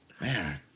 Man